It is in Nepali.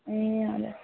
ए हजुर